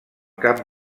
cap